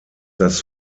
das